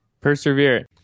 Persevere